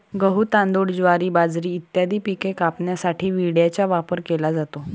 गहू, तांदूळ, ज्वारी, बाजरी इत्यादी पिके कापण्यासाठी विळ्याचा वापर केला जातो